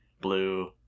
blue